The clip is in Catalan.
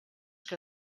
que